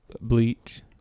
Bleach